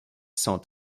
sont